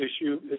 issue